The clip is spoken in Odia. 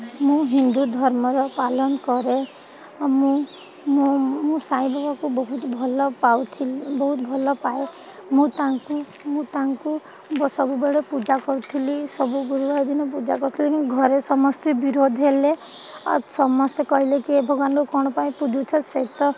ମୁଁ ହିନ୍ଦୁ ଧର୍ମର ପାଳନ କରେ ମୁଁ ମୁଁ ମୁଁ ସାଇବାବାଙ୍କୁ ବହୁତ ଭଲ ପାଉଥିଲି ବହୁତ ଭଲ ପାଏ ମୁଁ ତାଙ୍କୁ ମୁଁ ତାଙ୍କୁ ସବୁବେଳେ ପୂଜା କରୁଥିଲି ସବୁ ଗୁରୁବାର ଦିନ ପୂଜା କରୁଥିଲି ଘରେ ସମସ୍ତେ ବିରୋଧ ହେଲେ ଆଉ ସମସ୍ତେ କହିଲେ କି ଏ ଭଗବାନଙ୍କୁ କ'ଣ ପାଇଁ ପୂଜୁଛ ସେ ତ